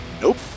nope